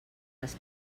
les